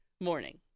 morning